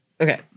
Okay